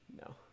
No